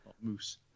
Moose